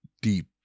deep